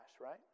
right